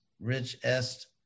richest